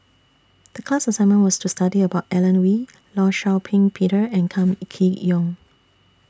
The class assignment was to study about Alan Oei law Shau Ping Peter and Kam Kee Yong